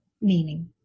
meaning